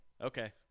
okay